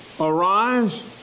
arise